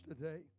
today